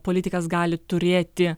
politikas gali turėti